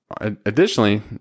additionally